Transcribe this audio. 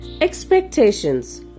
Expectations